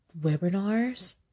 webinars